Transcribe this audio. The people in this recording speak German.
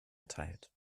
erteilt